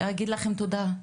אני אגיד לכם תודה,